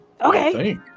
Okay